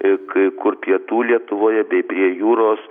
ir kai kur pietų lietuvoje bei prie jūros